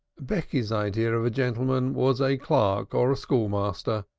becky's idea of a gentleman was a clerk or a school-master,